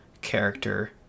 character